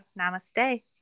Namaste